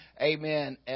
amen